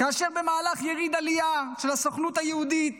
כאשר במהלך יריד עלייה של הסוכנות היהודית